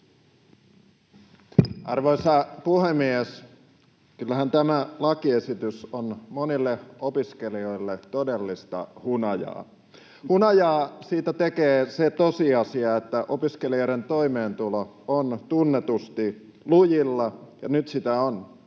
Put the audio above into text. Arvoisa puhemies! Kyllähän tämä lakiesitys on monille opiskelijoille todellista hunajaa. Hunajaa siitä tekee se tosiasia, että opiskelijoiden toimeentulo on tunnetusti lujilla, ja nyt sitä on